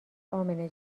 امنه